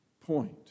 point